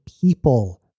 people